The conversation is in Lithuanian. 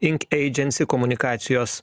inkeidžensi komunikacijos